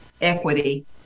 equity